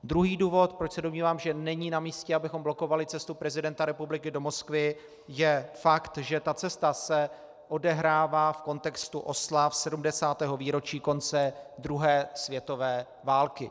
Druhý důvod, proč se domnívám, že není namístě, abychom blokovali cestu prezidenta republiky do Moskvy, je fakt, že ta cesta se odehrává v kontextu oslav 70. výročí konce druhé světové války.